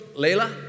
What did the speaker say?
Layla